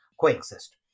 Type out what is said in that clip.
coexist